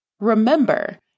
Remember